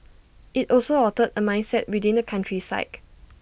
IT also altered A mindset within the country's psyche